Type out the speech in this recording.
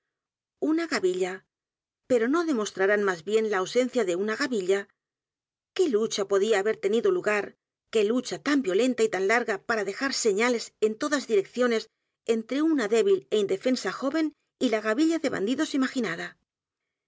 una gavilla pero no demostrarán más bien la ausencia de u n a gavilla qué lucha podía haber tenido lugar qué lucha tan violenta y tan l a r g a para dejar señales en todas direcciones entre una débil é indefensa joven y la gavilla de bandidos imaginada